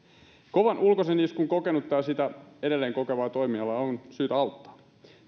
kovan ulkoisen iskun kokenutta ja sitä edelleen kokevaa toimialaa on syytä auttaa